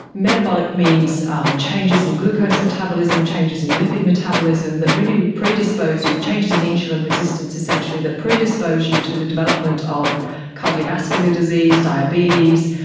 metabolic means um changes in glucose metabolism, changes in lipid metabolism that really predispose you, changes in insulin resistance essentially that predispose you to the development of cardiovascular disease, diabetes,